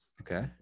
Okay